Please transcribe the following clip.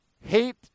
Hate